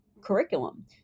curriculum